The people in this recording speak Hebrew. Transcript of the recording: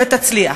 ותצליח.